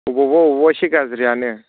अबावबा अबावबा एसे गाज्रियानो